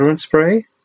spray